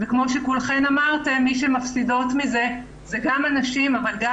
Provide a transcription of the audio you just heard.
כמו שאמרתם מי שמפסידות מזה זה גם הנשים אבל גם